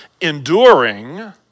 enduring